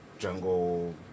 jungle